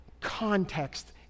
context